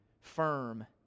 firm